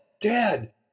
dad